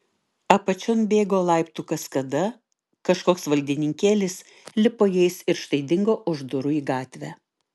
apačion bėgo laiptų kaskada kažkoks valdininkėlis lipo jais ir štai dingo už durų į gatvę